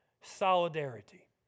solidarity